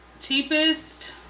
cheapest